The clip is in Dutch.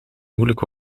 moeilijk